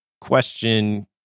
question